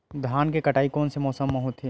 धान के कटाई कोन मौसम मा होथे?